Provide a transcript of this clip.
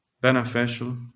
beneficial